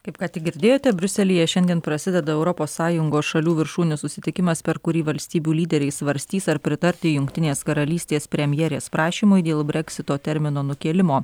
kaip ką tik girdėjote briuselyje šiandien prasideda europos sąjungos šalių viršūnių susitikimas per kurį valstybių lyderiai svarstys ar pritarti jungtinės karalystės premjerės prašymui dėl breksito termino nukėlimo